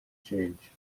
change